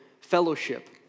fellowship